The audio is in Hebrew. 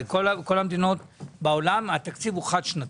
לכל המדינות בעולם התקציב הוא חד שנתי.